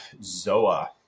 Zoa